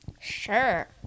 Sure